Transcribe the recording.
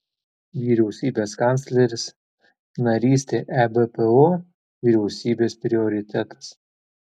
vyriausybės kancleris narystė ebpo vyriausybės prioritetas